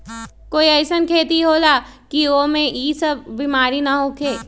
कोई अईसन खेती होला की वो में ई सब बीमारी न होखे?